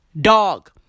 Dog